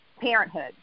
parenthood